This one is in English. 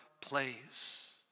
place